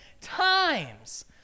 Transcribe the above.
times